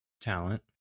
talent